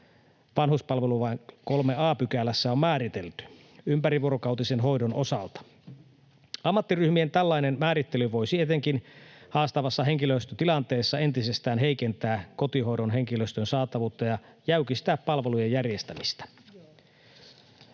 vanhuspalvelulain 3 a §:ssä on määritelty ympärivuorokautisen hoidon osalta. Tällainen ammattiryhmien määrittely voisi etenkin haastavassa henkilöstötilanteessa entisestään heikentää kotihoidon henkilöstön saatavuutta ja jäykistää palvelujen järjestämistä.